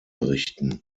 richten